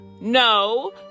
No